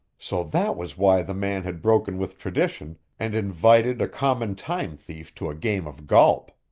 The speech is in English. so that was why the man had broken with tradition and invited a common time-thief to a game of golp!